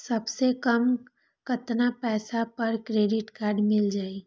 सबसे कम कतना पैसा पर क्रेडिट काड मिल जाई?